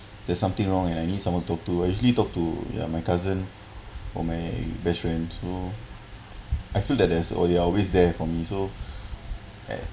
there's something wrong and I need someone talk to actually talk to yeah my cousin or my best friend so I feel that there's they're always there for me so